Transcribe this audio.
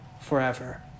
forever